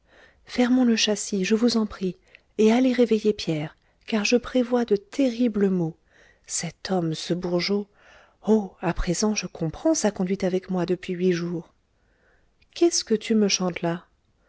fermons le châssis je vous en prie et allez réveiller pierre car je prévois de terribles maux cet homme ce bourgeot oh à présent je comprends sa conduite avec moi depuis huit jours qu'est-ce que tu me chantes là